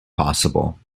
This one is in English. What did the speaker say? possible